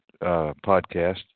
podcast